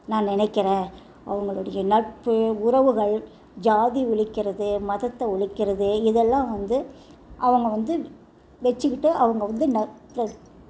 நான் நினைக்கிறேன் அவங்களுடைய நட்பு உறவுகள் ஜாதி ஒழிக்கிறது மதத்தை ஒழிக்கிறது இதெல்லாம் வந்து அவங்க வந்து வச்சிக்கிட்டு அவங்க வந்து